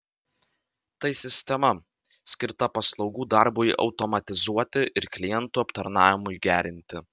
tai sistema skirta paslaugų darbui automatizuoti ir klientų aptarnavimui gerinti